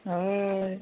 हय